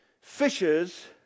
fishers